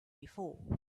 before